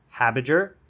Habiger